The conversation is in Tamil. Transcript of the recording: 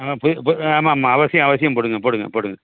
நல்ல ஆமாம் ஆமாம் அவசியம் அவசியம் போடுங்க போடுங்க போடுங்க